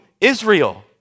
Israel